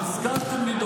שר המשפטים,